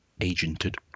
agented